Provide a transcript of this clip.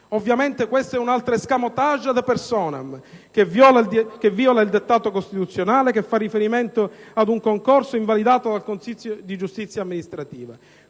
Ovviamente questo è un altro *escamotage ad personam* che viola il dettato costituzionale in quanto fa riferimento ad un concorso invalidato dal Consiglio di giustizia amministrativa;